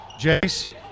Jace